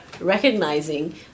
recognizing